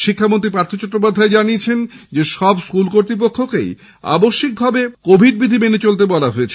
শিক্ষামন্ত্রী পার্থ চট্টোপাধ্যায় জানিয়েছেন সব স্কুল কর্তৃপক্ষকেই আবশ্যিকভাবে কোভিড বিধি মেনে চলতে বলা হয়েছে